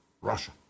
Russia